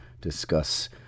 discuss